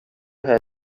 ühe